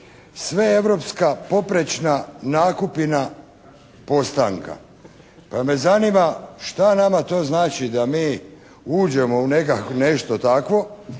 sveeuropska poprečna nakupina postanka. Pa me zanima šta nama to znači da mi uđemo nešto takvo.